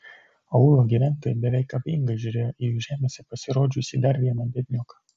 aūlo gyventojai beveik abejingai žiūrėjo į jų žemėse pasirodžiusį dar vieną biednioką